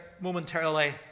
momentarily